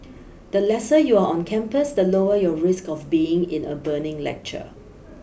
the lesser you are on campus the lower your risk of being in a burning lecture